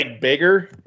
bigger